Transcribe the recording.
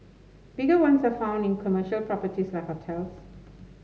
bigger ones are found in commercial properties like hotels